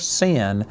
sin